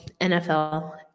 NFL